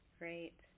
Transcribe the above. great